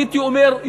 הייתי אומר,